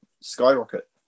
skyrocket